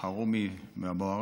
אלחרומי ואבו עראר,